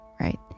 right